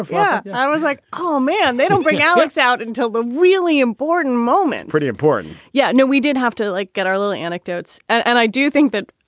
ah yeah i was like, oh, man, they don't bring alex out until the really important moment. pretty important yeah. no, we didn't have to like get our little anecdotes. and and i do think that,